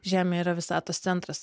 žemė yra visatos centras